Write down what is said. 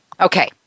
Okay